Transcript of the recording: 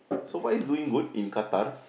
so far he's doing good in Qatar